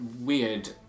weird